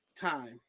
time